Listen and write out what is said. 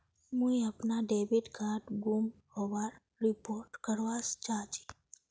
मुई अपना debit card गूम होबार रिपोर्ट करवा चहची